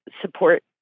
support